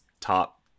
top